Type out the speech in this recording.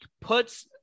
puts